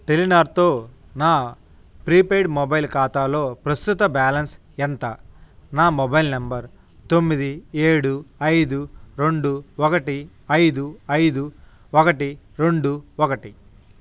టెలినార్తో నా prepaid mobile ఖాతాలో ప్రస్తుత బ్యాలెన్స్ ఎంత నా మొబైల్ నంబర్ తొమ్మిది ఏడు ఐదు రెండు ఒకటి ఐదు ఐదు ఒకటి రెండు ఒకటి